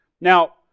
Now